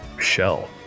shell